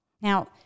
Now